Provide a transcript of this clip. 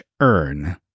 earn